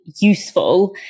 useful